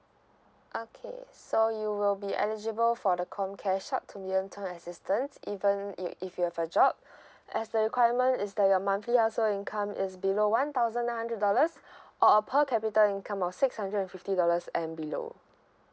okay so you will be eligible for the comcare short to medium term assistance even if if you have a job as the requirement is that your monthly household income is below one thousand nine hundred dollars or a per capita income of six hundred and fifty dollars and below